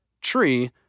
tree